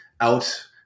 out